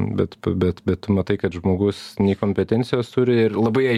bet bet tu matai kad žmogus nei kompetencijos turi ir labai